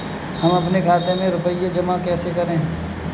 हम अपने खाते में रुपए जमा कैसे करें?